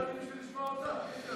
מי שישמע אותך.